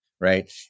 right